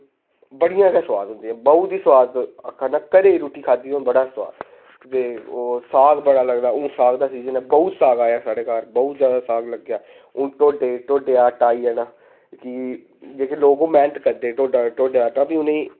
बड़ियां गै सोआद होंदियां बहोत ई सोआद आक्खां में घरै दी रुट्ठी खाद्धी दी होऐ बड़ा गै सोआद साग बड़ा लगदा हून साग दा सीज़न ऐ बहुत साग आया साढ़े घर बहुत साग लग्गेआ हून ढोडे दा आटा आई जाना भी जेह्के ओह् लोग मैह्नत करदे ढोडे दा आटा भी